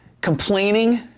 complaining